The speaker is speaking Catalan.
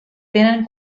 tenen